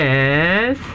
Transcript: Yes